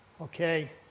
okay